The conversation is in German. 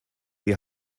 die